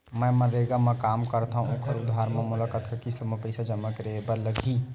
मैं मनरेगा म काम करथव, ओखर आधार म मोला कतना किस्त म पईसा जमा करे बर लगही?